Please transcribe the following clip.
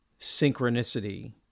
synchronicity